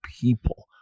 people